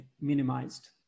minimized